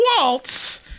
Waltz